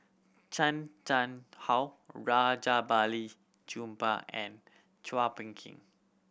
Chan Chang How Rajabali Jumabhoy and Chua Phung Kim